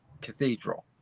cathedral